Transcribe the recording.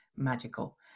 magical